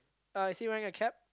uh is he wearing a cap